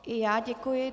I já děkuji.